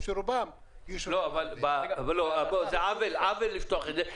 זה עוול לפתוח את זה.